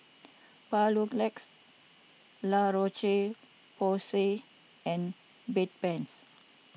Papulex La Roche Porsay and Bedpans